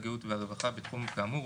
הגהות והרווחה בתחום כאמור,